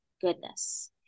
goodness